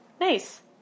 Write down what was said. Nice